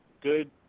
good